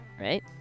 right